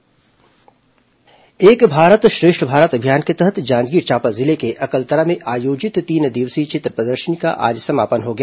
एक भारत श्रेष्ठ भारत एक भारत श्रेष्ठ भारत अभियान के तहत जांजगीर चांपा जिले के अकलतरा में आयोजित तीन दिवसीय चित्र प्रदर्शनी का आज समापन हो गया